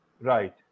right